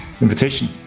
invitation